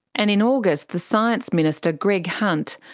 and in august the science minister, greg hunt,